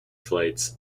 flights